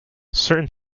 certain